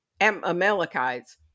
Amalekites